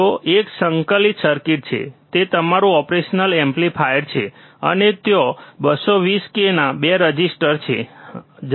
ત્યાં એક સંકલિત સર્કિટ છે જે તમારું ઓપરેશનલ એમ્પ્લીફાયર છે અને ત્યાં 220 k ના 2 રેઝિસ્ટર છે જમણે